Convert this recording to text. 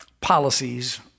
policies